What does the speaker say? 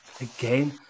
again